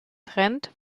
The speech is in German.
trend